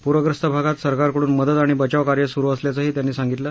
पुर्यस्त भागात सरकारकडून मदत आणि बचावकार्य सुरू असल्याचंही त्यांनी सांगितल